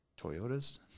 Toyota's